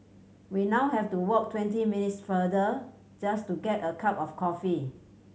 we now have to walk twenty minutes farther just to get a cup of coffee